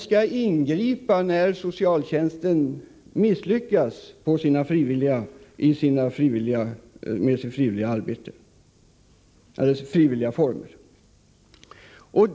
Genom den lagen skall man kunna ingripa när socialtjänsten misslyckas i sitt arbete med frivilliga vårdformer.